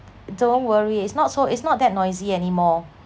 don't worry it's not so it's not that noisy anymore